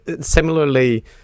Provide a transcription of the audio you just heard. similarly